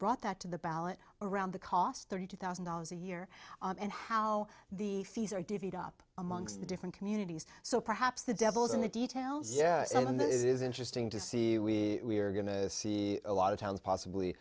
brought that to the ballot around the cost thirty two thousand dollars a year and how the fees are divvied up amongst the different communities so perhaps the devil's in the details yeah and this is interesting to see we are going to see a lot of towns possibly